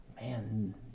Man